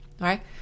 right